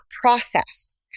process